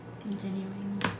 Continuing